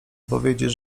powiedzieć